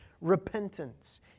repentance